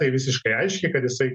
tai visiškai aiški kad jisai